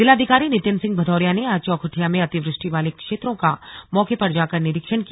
जिलाधिकारी नितिन सिंह भदौरिया ने आज चौखुटिया में अतिवृष्टि वाले क्षेत्रों का मौके पर जाकर निरीक्षण किया